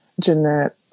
Jeanette